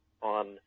on